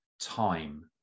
time